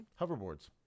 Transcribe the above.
Hoverboards